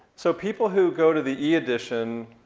so people who go to the e-edition,